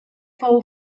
fou